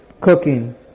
cooking